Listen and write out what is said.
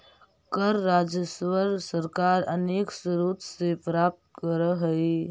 कर राजस्व सरकार अनेक स्रोत से प्राप्त करऽ हई